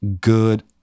good